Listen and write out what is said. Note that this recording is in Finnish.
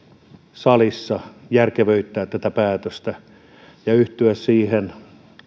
salissa järkevöittää tätä päätöstä ja yhtyä siihen